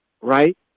right